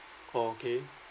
okay